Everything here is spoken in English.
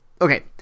Okay